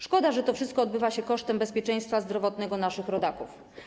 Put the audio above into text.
Szkoda, że to wszystko odbywa się kosztem bezpieczeństwa zdrowotnego naszych rodaków.